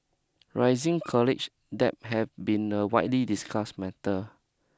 rising college debt had been a widely discuss matter